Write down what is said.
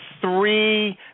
three